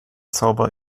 zauber